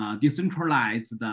decentralized